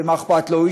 ומה אכפת לו,